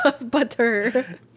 butter